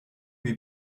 wie